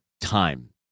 time